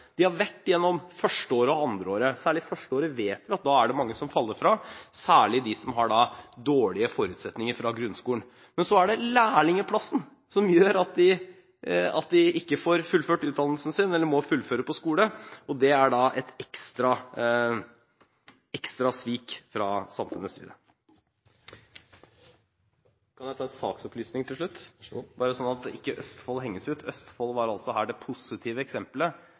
De har vært gjennom førsteåret og andreåret, og særlig i førsteåret vet vi at det er mange som faller fra, særlig de som har dårlige forutsetninger fra grunnskolen. Men så er det lærlingplassen som gjør at de ikke får fullført utdannelsen sin, eller må fullføre på skole, og det er et ekstra svik fra samfunnets side. Hvis jeg kan ta en saksopplysning til slutt, bare sånn at Østfold ikke henges ut: Østfold var her det positive